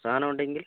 സാധനം ഉണ്ടെങ്കിൽ